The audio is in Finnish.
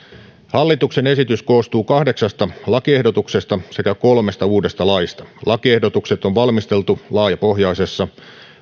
hallituksen esitys koostuu kahdeksasta lakiehdotuksesta sekä kolmesta uudesta laista lakiehdotukset on valmisteltu laajapohjaisessa